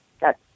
got